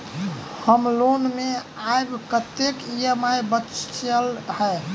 हम्मर लोन मे आब कैत ई.एम.आई बचल ह?